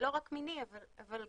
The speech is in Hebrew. לא רק מיני אבל גם,